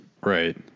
Right